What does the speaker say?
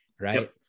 right